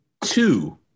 two